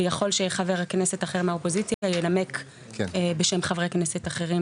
ויכול שחבר כנסת אחר מהאופוזיציה ינמק בשם חברי כנסת אחרים,